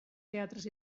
teatres